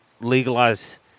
legalize